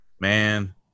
man